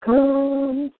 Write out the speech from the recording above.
Come